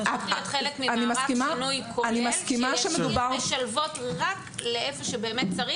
זה חייב להיות חלק ממערך שינוי כולל שישאיר משלבות רק לאיפה שבאמת צריך.